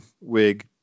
wig